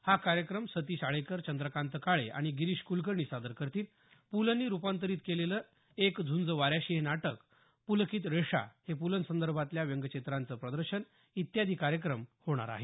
हा कार्यक्रम सतीश आळेकर चंद्रकांत काळे आणि गिरीश कुलकर्णी सादर करतील पुलंनी रूपांतरित केलेलं एक झूंज वाऱ्याशी हे नाटक पुलकित रेषा हे पुलंसंदर्भातल्या व्यंगचित्रांचं प्रदर्शन इत्यादी कार्यक्रम होणार आहेत